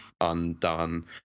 undone